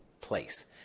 place